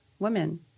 Women